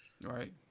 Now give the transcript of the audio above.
Right